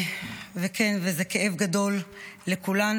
וכן, זה כאב גדול לכולנו.